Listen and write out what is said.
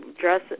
dress